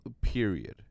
Period